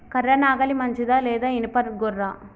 కర్ర నాగలి మంచిదా లేదా? ఇనుప గొర్ర?